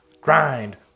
Grind